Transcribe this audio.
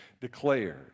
declared